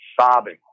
sobbing